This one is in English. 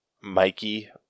Mikey